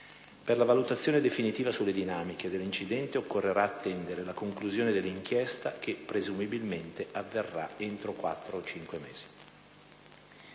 Per la valutazione definitiva sulle dinamiche dell'incidente occorrerà attendere la conclusione dell'inchiesta che, presumibilmente, avverrà entro 4-5 mesi.